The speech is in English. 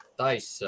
dice